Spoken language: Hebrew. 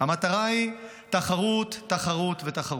המטרה היא תחרות, תחרות ותחרות,